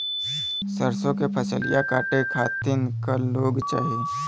सरसो के फसलिया कांटे खातिन क लोग चाहिए?